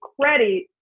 credit